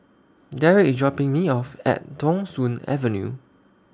Darrick IS dropping Me off At Thong Soon Avenue